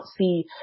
see